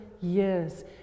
years